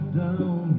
down